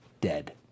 dead